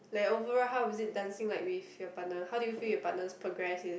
like overall how is it dancing like with your partner how you feel your partner progress is